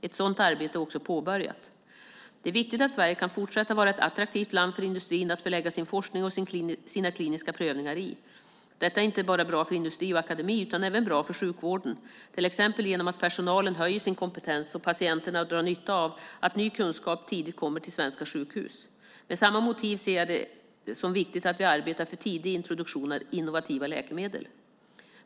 Ett sådant arbete är också påbörjat. Det är viktigt att Sverige kan fortsätta att vara ett attraktivt land för industrin att förlägga sin forskning och sina kliniska prövningar i. Detta är inte bara bra för industri och akademi utan även bra för sjukvården, till exempel genom att personalen höjer sin kompetens och patienterna drar nytta av att ny kunskap tidigt kommer till svenska sjukhus. Med samma motiv ser jag det som viktigt att vi arbetar för tidig introduktion av innovativa läkemedel.